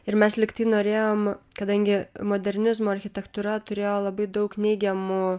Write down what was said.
ir mes lyg tai norėjom kadangi modernizmo architektūra turėjo labai daug neigiamų